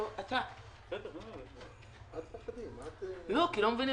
ג' באדר תשפ"א 15 פברואר 2021 לכבוד מר ערן